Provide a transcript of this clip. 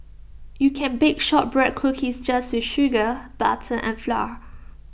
you can bake Shortbread Cookies just with sugar butter and flour